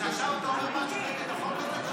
אז עכשיו אתה אומר משהו נגד החוק הזה?